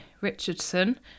Richardson